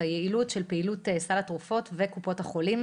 היעילות של פעילות סל התרופות וקופות החולים,